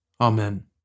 Amen